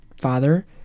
father